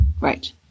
Right